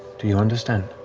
do you understand?